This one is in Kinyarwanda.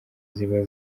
ziba